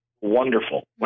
wonderful